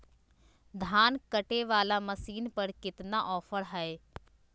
धान कटे बाला मसीन पर कितना ऑफर हाय?